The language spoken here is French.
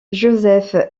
joseph